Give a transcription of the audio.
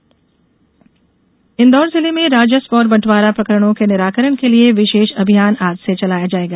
विशेष अभियान इंदौर जिले में राजस्व और बंटवारा प्रकरणों के निराकरण के लिए विशेष अभियान आज से चलाया जाएगा